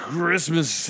Christmas